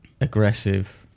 Aggressive